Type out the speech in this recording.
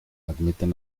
admiten